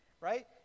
Right